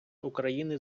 україни